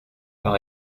par